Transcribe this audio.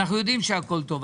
אנחנו יודעים שהכל טוב.